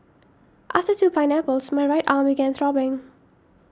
after two pineapples my right arm began throbbing